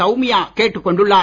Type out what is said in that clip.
சௌமியா கேட்டுக் கொண்டுள்ளார்